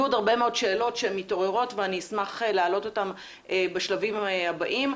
עוד הרבה שאלות שאשמח להעלות בשלבים הבאים.